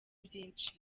byinshi